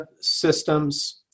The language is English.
systems